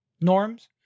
norms